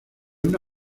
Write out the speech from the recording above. una